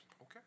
Okay